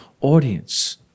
audience